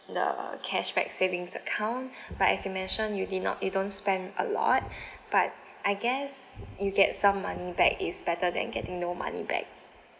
the cashback savings account but as you mentioned you did not you don't spend a lot but I guess you get some money back is better than getting no money back